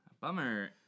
Bummer